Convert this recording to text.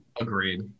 agreed